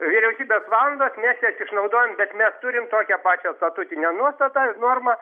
vyriausybės valandos mes jas išnaudojam bet mes turim tokią pačią statutinę nuostatą normą